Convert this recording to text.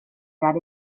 that